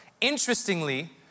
Interestingly